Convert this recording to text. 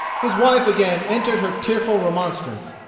his wife again entered her tearful remonstrance.